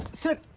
sir.